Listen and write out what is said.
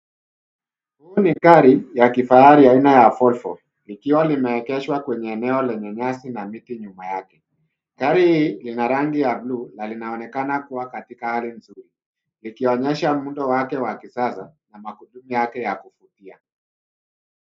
Huu ni gari ya kifahari aina ya Volvo likiwa limeegeshwa kwenye eneo lenye nyasi na miti nyuma yake, gari hii ina rangi ya bluu na linaonekana kuwa katika hali nzuri likionyesha muundo wake wa kisasa na magurudumu yake ya kuvutia.